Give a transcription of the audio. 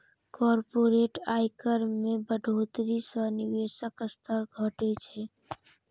corporate आयकर मे बढ़ोतरी सं निवेशक स्तर घटै छै